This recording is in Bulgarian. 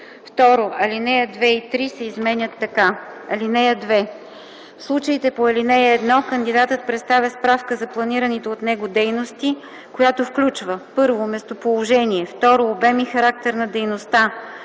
2. Алинеи 2 и 3 се изменят така: „(2) В случаите по ал. 1 кандидатът представя справка за планираните от него дейности, която включва: 1. местоположение; 2. обем и характер на дейността;